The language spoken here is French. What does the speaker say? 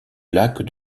lac